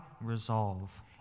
Resolve